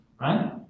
right